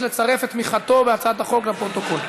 לצרף את תמיכתו בהצעת החוק לפרוטוקול.